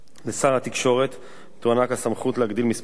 לשר התקשורת תוענק הסמכות להגדיל מספר זה,